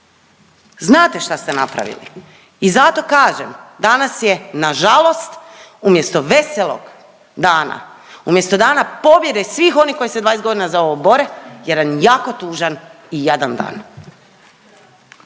Znate šta ste napravili i zato kažem danas je nažalost umjesto veselog dana, umjesto dana pobjede svih onih koji se 20 godina za ovo bore jedan jako tužan i jadan dan.